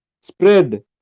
Spread